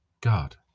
God